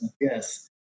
Yes